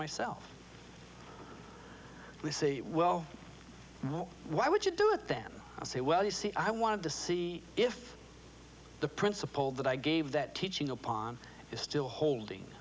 myself they say well why would you do it then i say well you see i wanted to see if the principle that i gave that teaching upon is still holding